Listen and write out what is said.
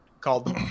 called